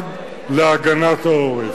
למשרד להגנת העורף.